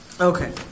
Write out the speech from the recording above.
Okay